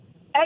Hey